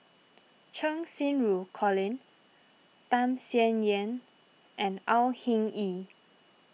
Cheng Xinru Colin Tham Sien Yen and Au Hing Yee